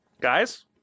guys